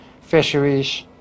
Fisheries